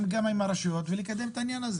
גם עם הרשויות ולקדם את העניין הזה.